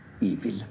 evil